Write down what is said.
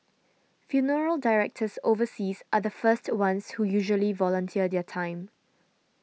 funeral directors overseas are the first ones who usually volunteer their time